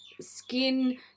skin